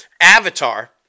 Avatar